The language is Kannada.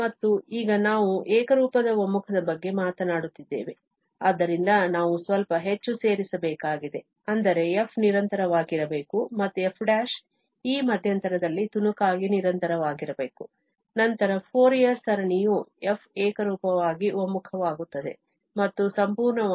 ಮತ್ತು ಈಗ ನಾವು ಏಕರೂಪದ ಒಮ್ಮುಖದ ಬಗ್ಗೆ ಮಾತನಾಡುತ್ತಿದ್ದೇವೆ ಆದ್ದರಿಂದ ನಾವು ಸ್ವಲ್ಪ ಹೆಚ್ಚು ಸೇರಿಸಬೇಕಾಗಿದೆ ಅಂದರೆ f ನಿರಂತರವಾಗಿರಬೇಕು ಮತ್ತು f′ ಈ ಮಧ್ಯಂತರದಲ್ಲಿ ತುಣುಕಾಗಿ ನಿರಂತರವಾಗಿರಬೇಕು ನಂತರ ಫೋರಿಯರ್ ಸರಣಿಯ f ಏಕರೂಪವಾಗಿ ಒಮ್ಮುಖವಾಗುತ್ತದೆ ಮತ್ತು ಸಂಪೂರ್ಣವಾಗಿ